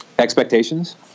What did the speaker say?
expectations